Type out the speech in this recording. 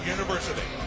University